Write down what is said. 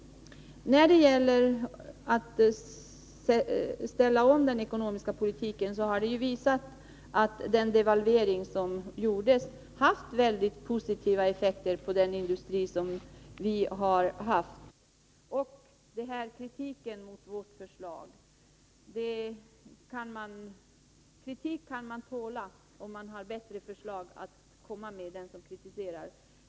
När det gäller att ställa om den ekonomiska politiken har det visat sig att den devalvering som genomfördes haft väldigt positiva effekter på vår industri. Vad beträffar kritiken mot vårt förslag vill jag säga att kritik kan man tåla om man har bättre förslag att komma med än de som kritiserar.